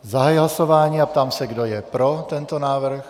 Zahajuji hlasování a ptám se, kdo je pro tento návrh.